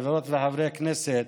חברות וחברי הכנסת,